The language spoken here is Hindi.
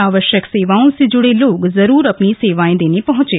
आवश्यक सेवाओं से जुडे लोग जरूर अपनी सेवाएं देने पहचे